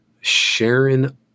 Sharon